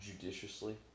judiciously